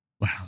Wow